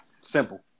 Simple